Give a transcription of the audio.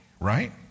right